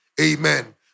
Amen